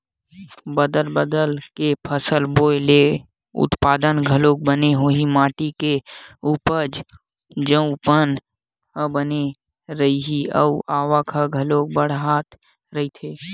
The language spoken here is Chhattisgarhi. बदल बदल के फसल बोए ले उत्पादन घलोक बने होही, माटी के उपजऊपन ह बने रइही अउ आवक ह घलोक बड़ाथ रहीथे